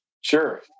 Sure